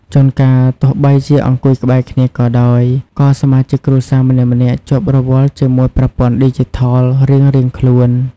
ជួនកាល ទោះបីជាអង្គុយក្បែរគ្នាក៏ដោយ ក៏សមាជិកគ្រួសារម្នាក់ៗជាប់រវល់ជាមួយប្រព័ន្ធឌីជីថលរៀងៗខ្លួន ។